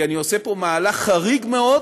כי אני עושה פה מהלך חריג מאוד